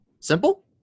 Simple